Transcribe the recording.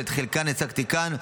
שאת חלקן הצגתי כאן,